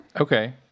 okay